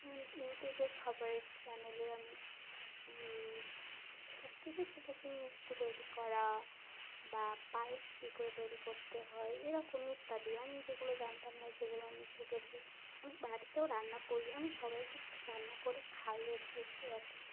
যেমন ইউটিউবের খাবারের চ্যানেলে আমি সব কিছু শিখেছি মিষ্টি তৈরি করা বা পায়েস কী করে তৈরি করতে হয় এরকম ইত্যাদি আমি যেগুলো জানতাম না সেগুলো আমি শিখেছি আমি বাড়িতেও রান্না করি আমি সবাইকে রান্না করে খাইয়েছি সেরকম